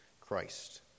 Christ